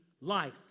life